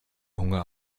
hunger